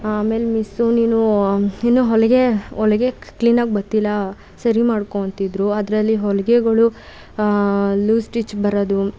ಆಮೇಲೆ ಮಿಸ್ಸು ನೀನು ಇನ್ನೂ ಹೊಲಿಗೆ ಹೊಲಿಗೆ ಕ್ಲೀನಾಗಿ ಬರ್ತಿಲ್ಲ ಸರಿ ಮಾಡಿಕೋ ಅಂತಿದ್ದರು ಆದರೆ ಅಲ್ಲಿ ಹೊಲಿಗೆಗಳು ಲೂಸ್ ಸ್ಟಿಚ್ ಬರೋದು